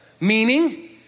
meaning